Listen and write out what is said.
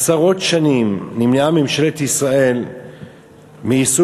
עשרות שנים נמנעה ממשלת ישראל מעיסוק